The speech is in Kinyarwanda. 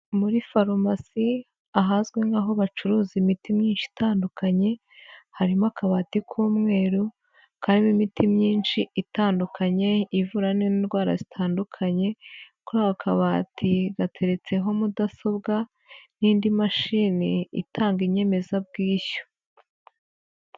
Muri farumasi, ahazwi nk'aho bacuruza imiti myinshi itandukanye, harimo akabati k'umweru, karimo imiti myinshi itandukanye ivura n'indwara zitandukanye, kuri ako kabati gateretseho mudasobwa n'indi mashini itanga inyemezabwishyu.